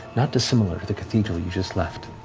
not dissimilar to the cathedral you just left.